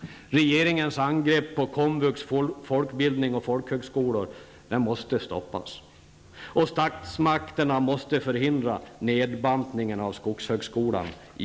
Regeringens angrepp på komvux, folkbildning och folkhögskolor måste stoppas. Statsmakterna måste förhindra nedbantningen av Skogshögskolan i